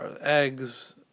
eggs